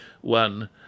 one